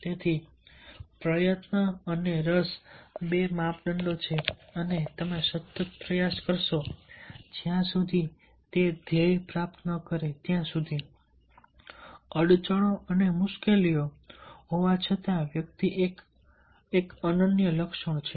તેથી પ્રયત્ન અને રસ એ બે માપદંડો છે અને તમે સતત પ્રયાસ કરશો જ્યાં સુધી તે ધ્યેય પ્રાપ્ત ન કરે અડચણો અને મુશ્કેલીઓ છતાં વ્યક્તિત્વ એક અનન્ય લક્ષણ છે